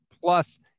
Plus